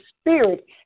spirit